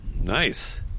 Nice